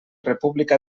república